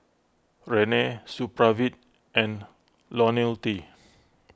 Rene Supravit and Ionil T